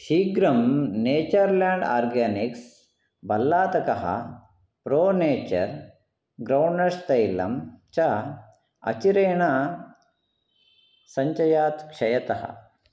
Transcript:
शीघ्रं Nature Land Organics भल्लातकः Pro Nature groundnut तैलम् च अचिरेण सञ्चयात् क्षयतः